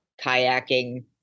kayaking